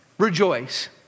Rejoice